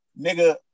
nigga